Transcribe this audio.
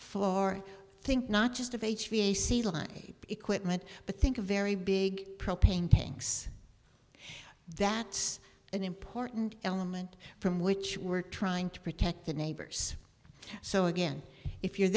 for think not just of h v ac line equipment but think a very big propane tanks that's an important element from which we're trying to protect the neighbors so again if you're